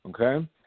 okay